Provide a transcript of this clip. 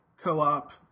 co-op